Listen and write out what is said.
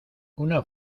una